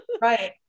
right